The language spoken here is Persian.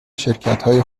شرکتهای